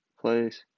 place